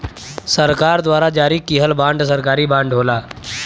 सरकार द्वारा जारी किहल बांड सरकारी बांड होला